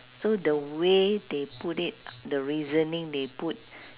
so the way they put it the reasoning they put